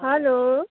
hello